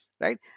right